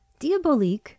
Diabolique